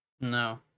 no